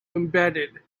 embedded